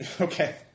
Okay